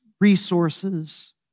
resources